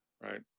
right